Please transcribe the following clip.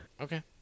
Okay